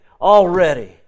already